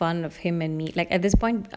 fun of him and me like at this point